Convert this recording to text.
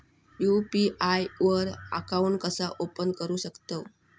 UPI वर account कसा open करू शकतव?